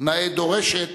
נאה דורשת